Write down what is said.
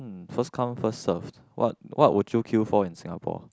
first come first serve what what would you queue for in Singapore